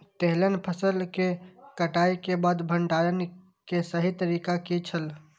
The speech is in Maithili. तेलहन फसल के कटाई के बाद भंडारण के सही तरीका की छल?